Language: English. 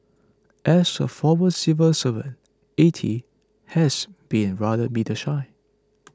as a former civil servant A T has been rather media shy